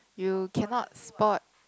you cannot spot